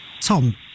Tom